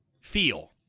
feel